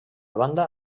banda